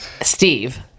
Steve